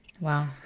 Wow